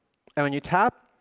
and when you tap,